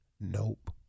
Nope